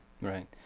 right